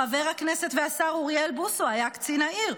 חבר הכנסת והשר אוריאל בוסו היה קצין העיר,